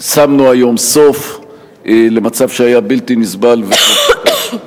שמנו היום סוף למצב שהיה בלתי נסבל, וטוב שכך.